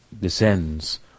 descends